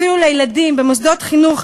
אפילו לילדים במוסדות חינוך,